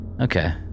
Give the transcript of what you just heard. Okay